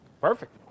Perfect